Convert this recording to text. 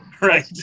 right